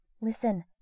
Listen